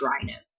dryness